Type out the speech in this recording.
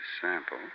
sample